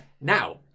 Now